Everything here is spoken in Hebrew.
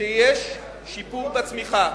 שיש שיפור בצמיחה,